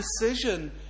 decision